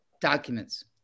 documents